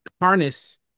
harness